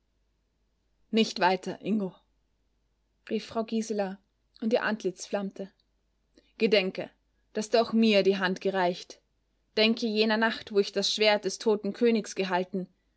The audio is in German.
nicht weiter ingo rief frau gisela und ihr antlitz flammte gedenke daß du auch mir die hand gereicht denke jener nacht wo ich das schwert des toten königs gehalten